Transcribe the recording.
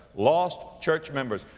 lost church members.